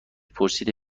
پرسیده